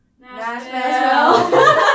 Nashville